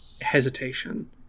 hesitation